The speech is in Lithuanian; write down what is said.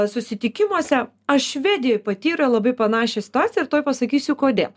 susitikimuose aš švedijoj patyriau labai panašią situaciją ir tuoj pasakysiu kodėl